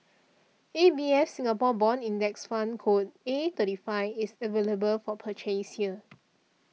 A B F Singapore Bond Index Fund code A thirty five is available for purchase here